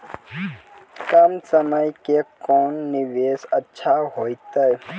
कम समय के कोंन निवेश अच्छा होइतै?